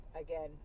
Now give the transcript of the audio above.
again